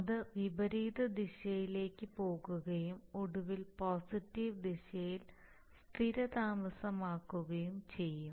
അത് വിപരീത ദിശയിലേക്ക് പോകുകയും ഒടുവിൽ പോസിറ്റീവ് ദിശയിൽ സ്ഥിരതാമസമാക്കുകയും ചെയ്യും